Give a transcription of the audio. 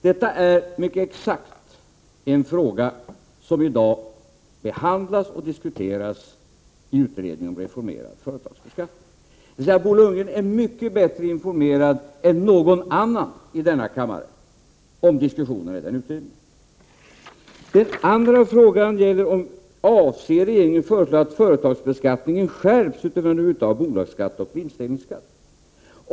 Detta är mycket exakt en fråga som i dag behandlas och diskuteras i utredningen om reformerad företagsbeskattning, dvs. Bo Lundgren är mycket bättre informerad än någon annan i denna kammare om diskussionerna i utredningen. Den andra frågan är: Avser regeringen föreslå att företagsbeskattningen skärps utöver nuvarande uttag av bolagsskatt och vinstdelningskatt?